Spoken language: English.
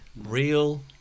Real